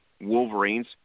Wolverines